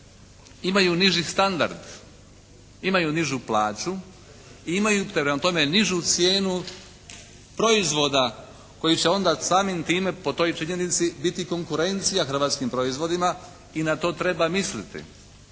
imaju niži standard, imaju nižu plaću i imaju prema tome nižu cijenu proizvoda koji će onda samim time po toj činjenici biti konkurencija hrvatskim proizvodima i na to treba misliti.